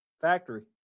factory